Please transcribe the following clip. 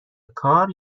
کار